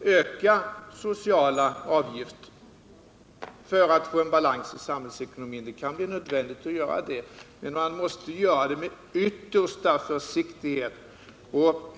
öka sociala avgifter för att få balans i samhällsekonomin. Men man måste göra det med yttersta försiktighet.